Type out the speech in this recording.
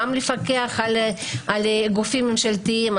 לפקח על גופים ממשלתיים,